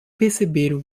perceberam